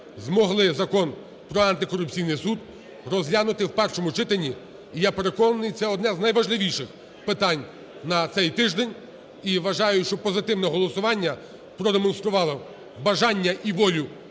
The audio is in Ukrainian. змогли Закон про антикорупційний суд розглянути у першому читанні. І я переконаний, це одне з найважливіших питань на цей тиждень і вважаю, що позитивне голосування продемонструвало бажання і волю